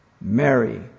Mary